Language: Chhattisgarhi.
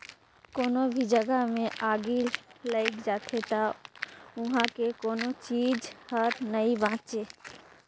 कोनो भी जघा मे आगि लइग जाथे त उहां के कोनो चीच हर नइ बांचे